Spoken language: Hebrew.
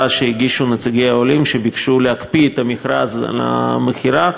שהגישו נציגי העולים שביקשו להקפיא את המכרז על המכירה,